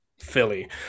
Philly